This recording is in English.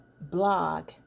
blog